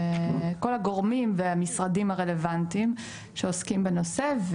כל הגורמים והמשרדים הרלוונטיים שעוסקים בנושא.